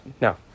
no